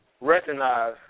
recognize